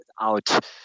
out